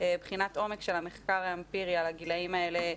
בחינת עומק של המחקר האמפירי על הגילאים האלה,